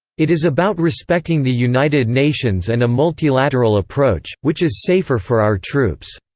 it is about respecting the united nations and a multilateral approach, which is safer for our troops.